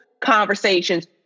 conversations